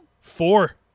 Four